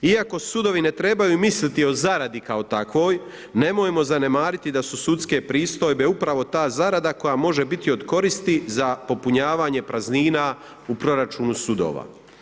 Iako sudovi ne trebaju misliti o zaradi kao takvoj, nemojmo zanemariti da su sudske pristojbe upravo ta zarada koja može biti od koristi za popunjavanje praznina u proračunu sudova.